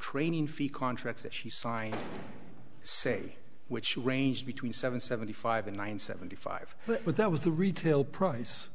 training field contracts that she signed say which range between seven seventy five and one seventy five but that was the retail price